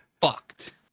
fucked